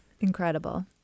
Incredible